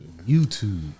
YouTube